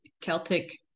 Celtic